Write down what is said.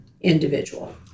individual